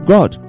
God